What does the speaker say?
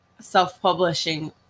self-publishing